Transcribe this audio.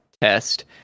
test